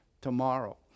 tomorrow